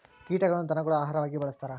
ಕೀಟಗಳನ್ನ ಧನಗುಳ ಆಹಾರವಾಗಿ ಬಳಸ್ತಾರ